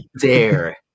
dare